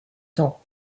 tant